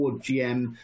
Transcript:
GM